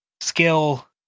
skill